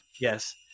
yes